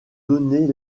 donner